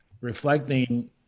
reflecting